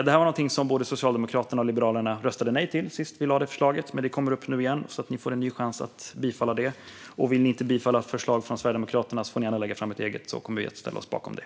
Detta är något som både Socialdemokraterna och Liberalerna röstade nej till när vi senast lade fram det förslaget. Men det kommer upp nu igen, så ni får en ny chans att bifalla det. Vill ni inte bifalla förslag från Sverigedemokraterna får ni gärna lägga fram ett eget. Då kommer vi att ställa oss bakom det.